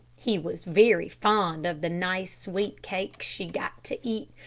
he was very fond of the nice sweet cakes she got to eat,